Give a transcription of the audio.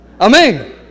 Amen